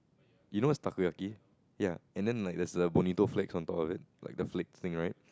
you know what's Takoyaki ya and then like there's the Bonito flakes on top of it like the flake things right